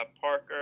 Parker